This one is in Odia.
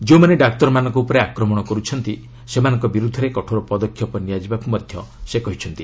ଯେଉଁମାନେ ଡାକ୍ତରମାନଙ୍କ ଉପରେ ଆକ୍ରମଣ କରୁଛନ୍ତି ସେମାନଙ୍କ ବିରୁଦ୍ଧରେ କଠୋର ପଦେକ୍ଷପ ନିଆଯିବାକୁ ମଧ୍ୟ ସେ କହିଛନ୍ତି